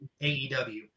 AEW